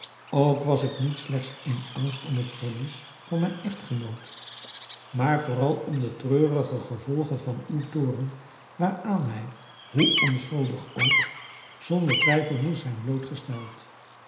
ook was ik niet slechts in angst om het verlies van mijn echtgenoot maar vooral om de treurige gevolgen van uw toorn waaraan hij hoe onschuldig ook zonder twijfel moest zijn blootgesteld